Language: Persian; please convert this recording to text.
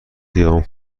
قیام